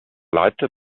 leiter